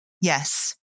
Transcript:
Yes